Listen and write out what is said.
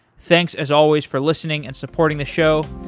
thanks as always for listening and supporting the show,